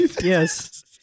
yes